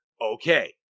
Okay